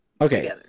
Okay